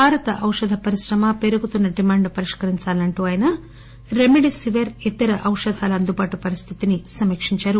భారత ఔషధ పరిశ్రమ పెరుగుతున్న డిమాండ్ ను పరిష్కరించాలని ఆయన అంటూ రెమెడీసివీర్ ఇతర ఔషధాల అందుబాటు పరిస్టితిని సమీక్షించారు